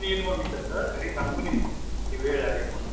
येतो बा मी तसं घरी सांगून येईन की वेळ लागेल म्हणून